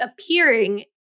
appearing